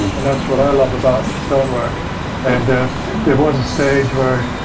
and that's what i love about stone work and ah there was a stage were